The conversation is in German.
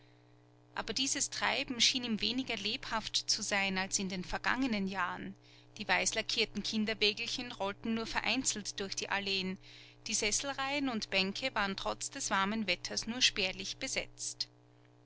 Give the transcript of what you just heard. aber dieses treiben schien ihm weniger lebhaft zu sein als in den vergangenen jahren die weißlackierten kinderwägelchen rollten nur vereinzelt durch die alleen die sesselreihen und bänke waren trotz des warmen wetters nur spärlich besetzt